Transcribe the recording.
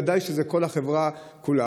בוודאי שזו כל החברה כולה.